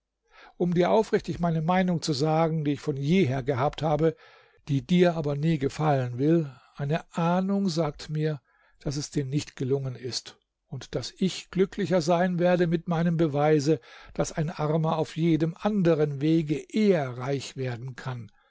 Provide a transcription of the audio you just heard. um dir aufrichtig meine meinung zu sagen die ich von jeher gehabt habe die dir aber nie gefallen will eine ahnung sagt mir daß es dir nicht gelungen ist und daß ich glücklicher sein werde mit meinem beweise daß ein armer auf jedem anderen wege eher reich werden kann